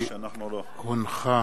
כי הונחה